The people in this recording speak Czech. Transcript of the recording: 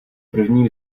prvním